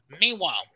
Meanwhile